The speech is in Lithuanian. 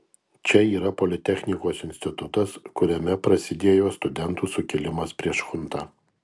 čia yra politechnikos institutas kuriame prasidėjo studentų sukilimas prieš chuntą